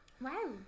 Wow